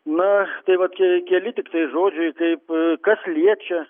na tai vat ke keli tiktais žodžiai taip kas liečia